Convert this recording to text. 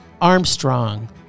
Armstrong